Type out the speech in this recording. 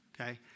Okay